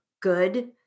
good